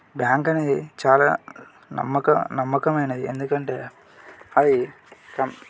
bank అనేది చాలా నమ్మక నమ్మకమైనది ఎందుకంటే అది కమ్